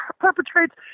perpetrates